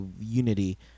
unity